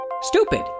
Stupid